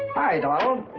hi donald.